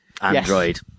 android